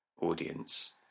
audience